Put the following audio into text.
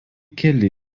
keli